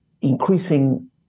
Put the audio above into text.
increasing